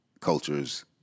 cultures